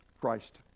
Christ